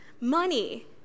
Money